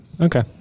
okay